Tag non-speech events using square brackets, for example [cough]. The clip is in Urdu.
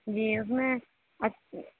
جی اس میں [unintelligible]